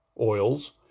oils